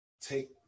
take